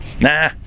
nah